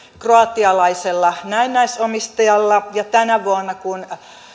kroatialaisella näennäisomistajalla ja tänä vuonna kun